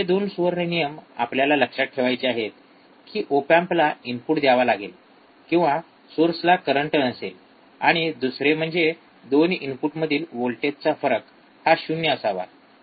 हे 2 सुवर्ण नियम आपल्याला लक्षात ठेवायचे आहेत की ओप एम्पला इनपुट द्यावा लागेल किंवा सोर्सला करंट नसेल आणि दुसरे म्हणजे २ इनपुट मधील वोल्टेजचा फरक हा शून्य असावा